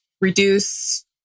reduce